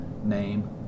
Name